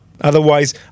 Otherwise